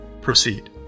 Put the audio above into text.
Proceed